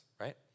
right